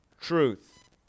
truth